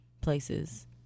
places